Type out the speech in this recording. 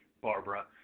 Barbara